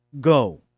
Go